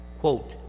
Quote